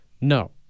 no